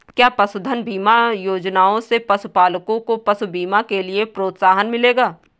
क्या पशुधन बीमा योजना से पशुपालकों को पशु बीमा के लिए प्रोत्साहन मिलेगा?